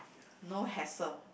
no hassle